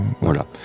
Voilà